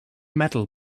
metal